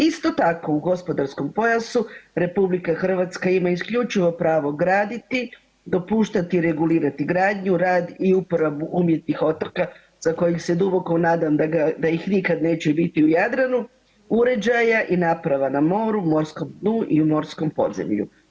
Isto tako u gospodarskom pojasu RH ima isključivo pravo graditi, dopuštati i regulirati gradnju, rad i uporabu umjetnih otoka za kojeg se duboko nadam da ga, da ih nikad neće biti u Jadranu, uređaje i naprava na moru, morskom dnu i u morskom podzemlju.